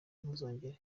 ntuzongere